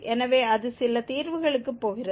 எனவே அது சில தீர்வுகளுக்கு போகிறது